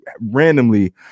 randomly